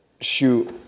shoot